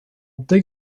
dig